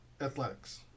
athletics